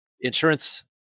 insurance